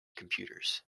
computers